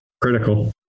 critical